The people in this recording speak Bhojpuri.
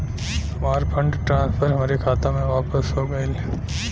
हमार फंड ट्रांसफर हमरे खाता मे वापस हो गईल